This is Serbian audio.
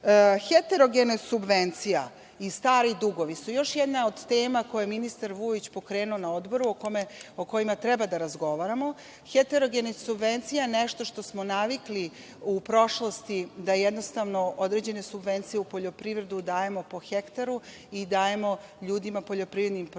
subvencija i stari dugovi su još jedna od tema koje je ministar Vujović pokrenuo na odboru o kojima treba da razgovaramo. Heterogenih subvencija nešto što smo navikli u prošlosti da jednostavno određene subvencije u poljoprivredu dajemo po hektaru i dajemo ljudima, poljoprivrednim proizvođačima,